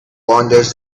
wanders